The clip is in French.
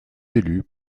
élus